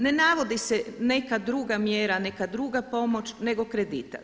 Ne navodi se neka druga mjera, neka druga pomoć, nego kredita.